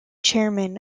chairman